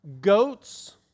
goats